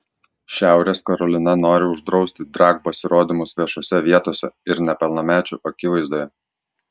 šiaurės karolina nori uždrausti drag pasirodymus viešose vietose ir nepilnamečių akivaizdoje